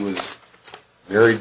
was very